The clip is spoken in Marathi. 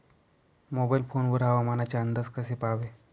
मोबाईल फोन वर हवामानाचे अंदाज कसे पहावे?